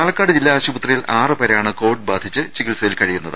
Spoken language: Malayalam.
പാലക്കാട് ജില്ലാ ആശുപത്രിയിൽആറു പേരാണ് കോവിഡ് ബാധിച്ചു ചികിത്സയിൽ കഴിയുന്നത്